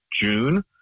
June